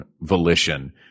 volition